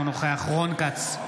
אינו נוכח רון כץ,